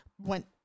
went